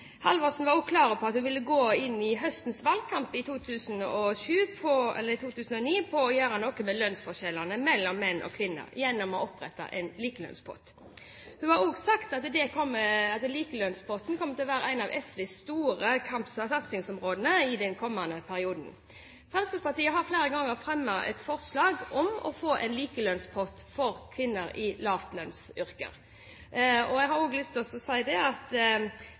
Halvorsen var også klar på i høstens valgkamp i 2009 at hun ville gjøre noe med lønnsforskjellene mellom menn og kvinner gjennom å opprette en likelønnspott. Hun sa også at likelønnspotten kom til å være et av SVs store satsingsområder i den kommende perioden. Fremskrittspartiet har flere ganger fremmet et forslag om å få en likelønnspott for kvinner i lavlønnsyrker. Jeg har også lyst til å si at